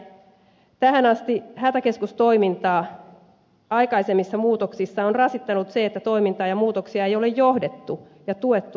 tähän asti hätäkeskustoimintaa aikaisemmissa muutoksissa on rasittanut se että toimintaa ja muutoksia ei ole johdettu ja tuettu riittävästi